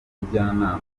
umujyanama